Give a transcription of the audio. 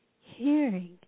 hearing